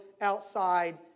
outside